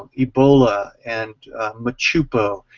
ebola, and machupo,